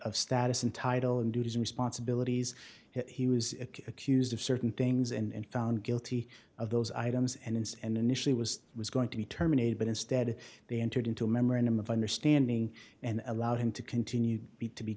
of status and title and duties and responsibilities he was it accused of certain things and found guilty of those items and is and initially was was going to be terminated but instead they entered into a memorandum of understanding and allowed him to continue to be